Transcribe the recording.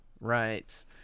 Right